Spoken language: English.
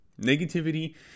Negativity